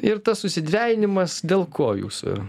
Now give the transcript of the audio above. ir tas susidvejinimas dėl ko jūsų